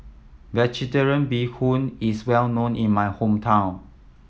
Vegetarian Bee Hoon is well known in my hometown